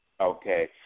okay